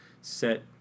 set